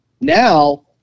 Now